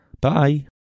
Bye